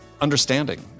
understanding